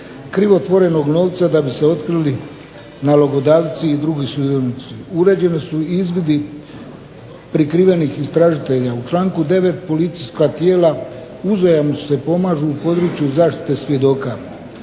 krivotvorenog novca da bi se otkrili nalogodavci i drugi sudionici. Uređeni su i izvidi prikrivenih istražitelja. U članku 9. policijska tijela uzajamno se pomažu u području zaštite svjedoka.